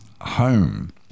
home